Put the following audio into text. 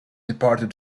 departed